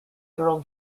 girl